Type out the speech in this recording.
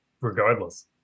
regardless